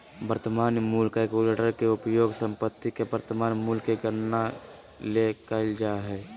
वर्तमान मूल्य कलकुलेटर के उपयोग संपत्ति के वर्तमान मूल्य के गणना ले कइल जा हइ